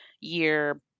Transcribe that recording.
year